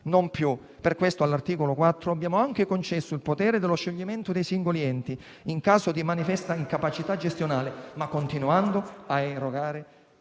non più: per questo, con l'articolo 4 abbiamo anche concesso il potere di scioglimento dei singoli enti, in caso di manifesta incapacità gestionale, ma continuando a erogare